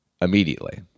immediately